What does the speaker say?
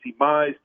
Mize